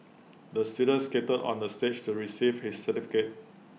the student skated on the stage to receive his certificate